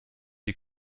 die